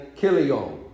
Kilion